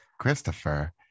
Christopher